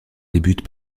débute